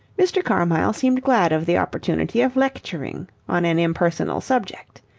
mr. carmyle seemed glad of the opportunity of lecturing on an impersonal subject.